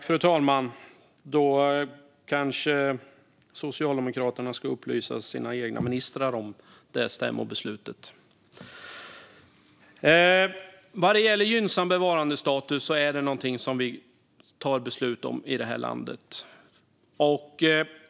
Fru talman! Då kanske Socialdemokraterna ska upplysa sina egna ministrar om det stämmobeslutet. Gynnsam bevarandestatus är någonting som vi tar beslut om i det här landet.